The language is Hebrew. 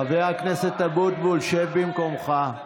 חבר הכנסת אבוטבול, שב במקומך.